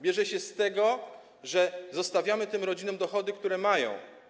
Bierze się z tego, że zostawiamy tym rodzinom dochody, które mają.